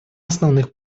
основных